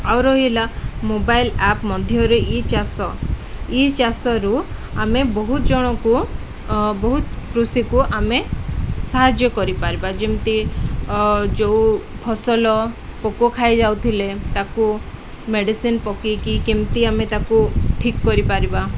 ଆଉ ରହିଲା mobile app ମଧ୍ୟରେ ଏଇ ଚାଷ ଏଇ ଚାଷରୁ ଆମେ ବହୁତ ଜଣଙ୍କୁ ବହୁତ କୃଷିକୁ ଆମେ ସାହାଯ୍ୟ କରିପାରିବା ଯେମିତି ଯେଉଁ ଫସଲ ପୋକ ଖାଇଯାଉଥିଲେ ତାକୁ ମେଡ଼ିସିନ ପକାଇକି କେମିତି ଆମେ ତାକୁ ଠିକ୍ କରିପାରିବା